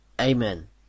Amen